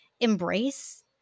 embrace